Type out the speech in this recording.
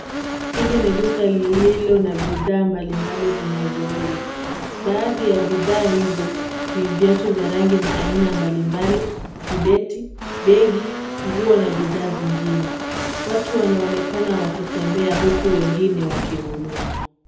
Hili ni duka lililo na bidhaa mbalimbali zinazouzwa. Baadhi ya bidhaa hizo ni viatu vya rangi na aina mbalimbali, vibeti, begi, nguo na bidhaa zingine. Watu wanaonekana wakitembea huku wengine wakinunua.